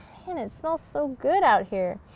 man, it smells so good out here.